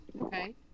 Okay